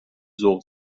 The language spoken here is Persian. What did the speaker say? ذوق